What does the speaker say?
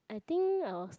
I think I was like